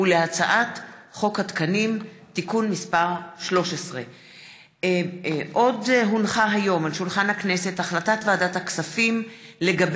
ולהצעת חוק התקנים (תיקון מס' 13). החלטת ועדת הכספים בדבר